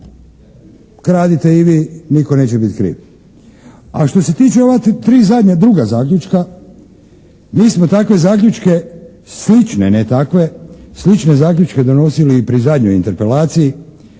kradite i vi, nitko neće biti kriv. A što se tiče ova tri zadnja, druga zaključka, mi smo takve zaključke slične ne takve, slične zaključke donosili i pri zadnjoj interpelaciji,